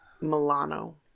Milano